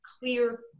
clear